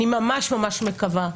אני ממש ממש מקווה,